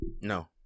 No